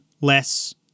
less